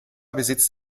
besitzt